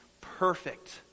perfect